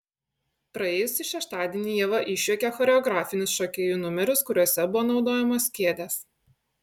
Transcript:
praėjusį šeštadienį ieva išjuokė choreografinius šokėjų numerius kuriuose buvo naudojamos kėdės